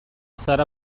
zara